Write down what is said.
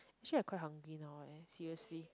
actually I quite hungry now eh seriously